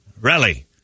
Rally